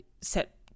set